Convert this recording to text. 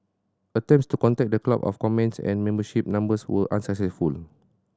attempts to contact the club for comments and membership numbers were unsuccessful